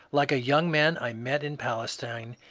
like a young man i met in palestine,